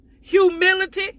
humility